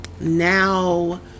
now